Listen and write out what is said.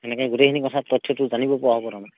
সেনেকৈ গোটেইখিনি কথাত তথ্যটো জানিব পৰা হ'ব তাৰ মানে